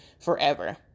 forever